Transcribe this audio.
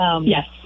Yes